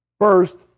First